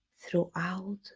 throughout